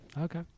Okay